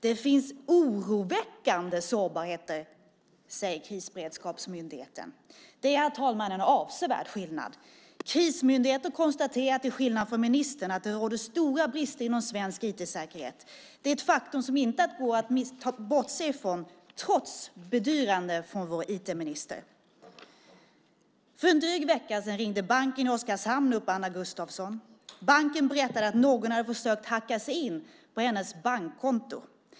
"Det finns oroväckande sårbarheter", säger nämligen Krisberedskapsmyndigheten. Det, herr talman, är en avsevärd skillnad. Krismyndigheter konstaterar, till skillnad från ministern, att det råder stora brister inom svensk IT-säkerhet. Det är ett faktum som inte går att bortse från, trots bedyranden från vår IT-minister. För en dryg vecka sedan ringde banken i Oskarshamn upp Anna Gustafsson. Banken berättade att någon hade försökt hacka sig in på hennes bankkonto.